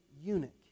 eunuch